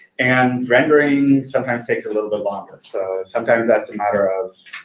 and rendering sometimes takes a little bit longer. so sometimes that's a matter of,